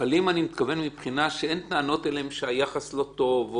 קלים אני מתכוון מבחינה שאין טענות אליהם שהיחס לא טוב.